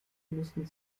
mussten